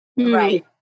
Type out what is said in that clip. Right